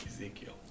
Ezekiel